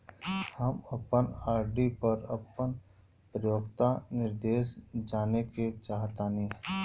हम अपन आर.डी पर अपन परिपक्वता निर्देश जानेके चाहतानी